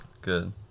Good